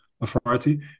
authority